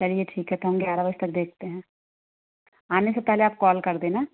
चलिए ठीक है तो हम ग्यारह बजे तक देखते हैं आने से पहले आप कॉल कर देना